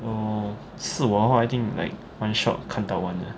oh 是我的话一定 like one shot 看到完 eh